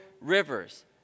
rivers